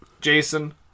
Jason